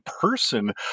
person